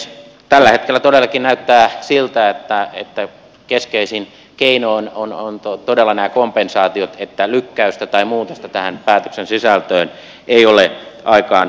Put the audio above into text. tällä hetkellä todellakin näyttää siltä että keskeisin keino ovat todella nämä kompensaatiot että lykkäystä tai muutosta tähän päätöksen sisältöön ei ole aikaansaatavissa